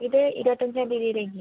ഇത് ഇരുപത്തഞ്ചാം തിയതിയിലേക്ക്